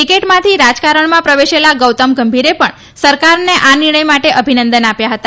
ક્રિકેટમાંથી રાજકારણમાં પ્રવેશેલા ગૌતમ ગંભીરે પણ સરકારને આ નિર્ણય માટે અભિનંદન આપ્યા હતા